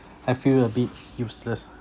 I feel a bit useless